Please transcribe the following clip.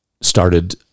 started